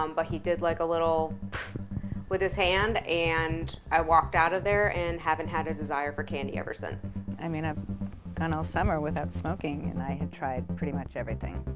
um but he did like a little with his hand and i walked out of there and haven't had a desire for candy ever since. i mean i've gone all summer without smoking, and i had tried pretty much everything.